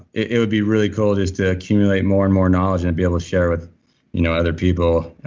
it would be really cool just to accumulate more and more knowledge and be able to share with you know other people.